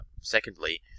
secondly